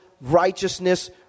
righteousness